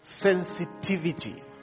sensitivity